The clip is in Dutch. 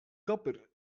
kapper